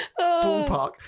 ballpark